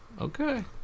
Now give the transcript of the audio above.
Okay